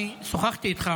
אני שוחחתי איתך,